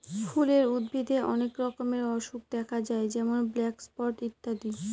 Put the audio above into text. ফুলের উদ্ভিদে অনেক রকমের অসুখ দেখা যায় যেমন ব্ল্যাক স্পট ইত্যাদি